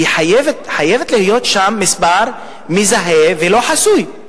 חייב להיות שם מספר מזהה ולא חסוי.